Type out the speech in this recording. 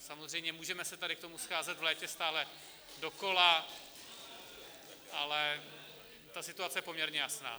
Samozřejmě, můžeme se tady k tomu scházet v létě stále dokola , ale ta situace je poměrně jasná.